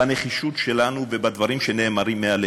בנחישות שלנו ובדברים שנאמרים מהלב.